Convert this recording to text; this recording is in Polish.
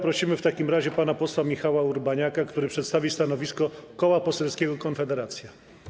Prosimy w takim razie pana posła Michała Urbaniaka, który przedstawi stanowisko Koła Poselskiego Konfederacja.